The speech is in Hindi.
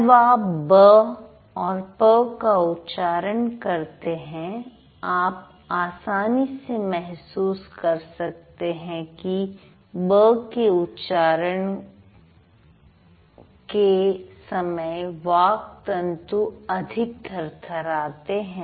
जब आप ब और प का उच्चारण करते हैं आप आसानी से महसूस कर सकते हैं कि ब के उच्चारण के समय वाक् तंतु अधिक थरथराते हैं